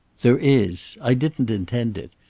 there is. i didn't intend it.